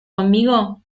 conmigo